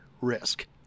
risk